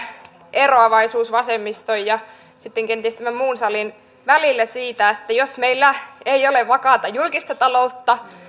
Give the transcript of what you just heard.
eroavaisuus vasemmiston ja sitten kenties tämän muun salin välillä siinä että jos meillä ei ole vakaata julkista taloutta